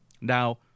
Now